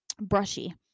brushy